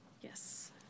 Yes